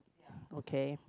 okay